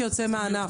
זה מי שיוצא מהענף.